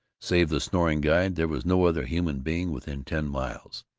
save the snoring guide, there was no other human being within ten miles.